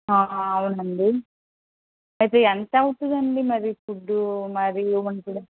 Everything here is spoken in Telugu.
అవునండి అయితే ఎంత అవుతుందండి మరి ఫుడ్ మరి రూమ్కి